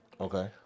Okay